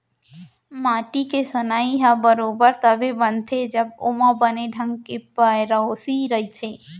माटी के सनई ह बरोबर तभे बनथे जब ओमा बने ढंग के पेरौसी रइथे